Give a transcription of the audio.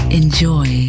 enjoy